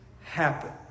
happen